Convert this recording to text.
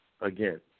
again